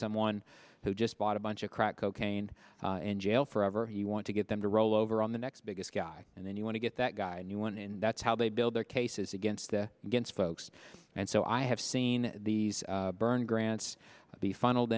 someone who just bought a bunch of crack cocaine in jail forever you want to get them to roll over on the next biggest guy and then you want to get that guy a new one and that's how they build their cases against the good folks and so i have seen these burn grants be funneled